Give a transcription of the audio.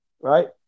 right